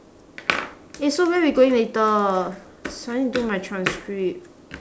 eh so where we going later s~ I need do my transcript